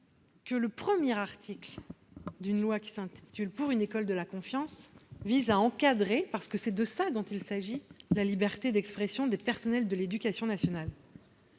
que le premier article d'une loi s'intitulant « pour une école de la confiance » vise à encadrer- parce que c'est de cela qu'il s'agit ! -la liberté d'expression des personnels de l'éducation nationale.